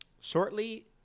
Shortly